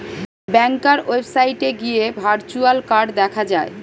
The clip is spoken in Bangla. ব্যাংকার ওয়েবসাইটে গিয়ে ভার্চুয়াল কার্ড দেখা যায়